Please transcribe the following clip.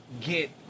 Get